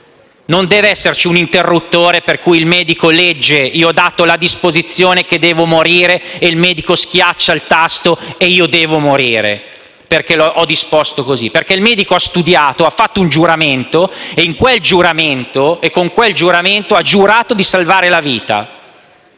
non deve esserci un interruttore per cui il medico legge che ho dato la disposizione che devo morire e schiaccia il tasto e io muoio perché ho disposto così. Il medico ha studiato, ha fatto un giuramento e con quel giuramento ha giurato di salvare la vita.